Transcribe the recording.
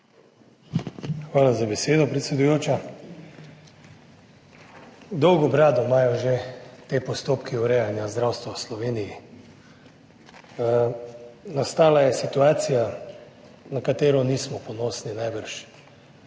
Hvala za besedo, predsedujoča. Dolgo brado imajo že te postopke urejanja zdravstva v Sloveniji. Nastala je situacija, na katero nismo ponosni, najbrž.